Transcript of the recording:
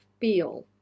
feel